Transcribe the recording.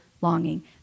longing